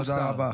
תודה רבה.